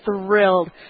thrilled